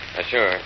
Sure